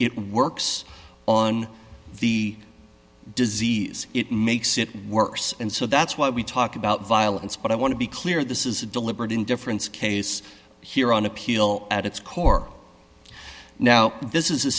it works on the disease it makes it worse and so that's why we talk about violence but i want to be clear this is a deliberate indifference case here on appeal at its core now this is a